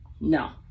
No